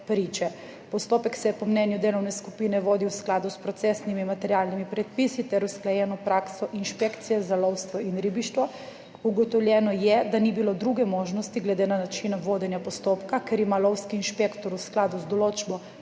priče. Postopek se je po mnenju delovne skupine vodil v skladu s procesnimi materialnimi predpisi ter usklajeno prakso inšpekcije za lovstvo in ribištvo. Ugotovljeno je, da ni bilo druge možnosti glede na način vodenja postopka, ker ima lovski inšpektor v skladu z določbo